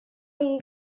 and